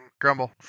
Grumble